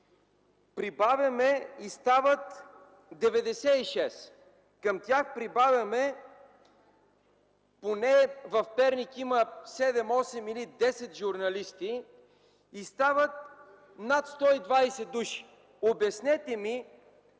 Прибавяме и стават 96. Към тях прибавяме – в Перник поне има 7, 8 или 10 журналисти, и стават над 120 души. Обяснете ми